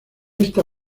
esta